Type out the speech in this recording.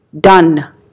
done